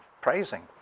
praising